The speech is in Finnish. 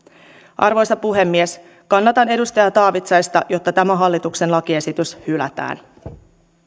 arvoisa puhemies kannatan edustaja taavitsaista että tämä hallituksen lakiesitys hylätään